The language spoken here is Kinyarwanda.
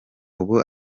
ubu